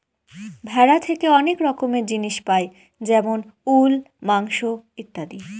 ভেড়া থেকে অনেক রকমের জিনিস পাই যেমন উল, মাংস ইত্যাদি